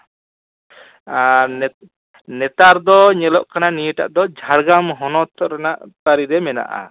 ᱟᱨ ᱱᱮᱛᱟᱨ ᱫᱚ ᱧᱮᱞᱚᱜ ᱠᱟᱱᱟ ᱱᱤᱭᱟᱹᱴᱟᱜ ᱫᱚ ᱡᱷᱟᱲᱜᱨᱟᱢ ᱦᱚᱱᱚᱛ ᱨᱮᱱᱟᱜ ᱛᱟᱹᱨᱤ ᱨᱮ ᱢᱮᱱᱟᱜᱼᱟ